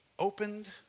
opened